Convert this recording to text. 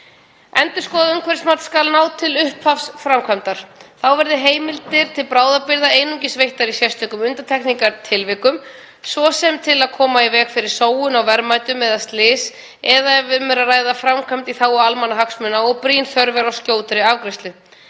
Endurskoðað umhverfismat skal ná til upphafs framkvæmdar. Þá verði heimildir til bráðabirgða einungis veittar í sérstökum undantekningartilvikum, svo sem til að koma í veg fyrir sóun á verðmætum eða slys eða ef um er að ræða framkvæmd í þágu almannahagsmuna og brýn þörf er á skjótri afgreiðslu.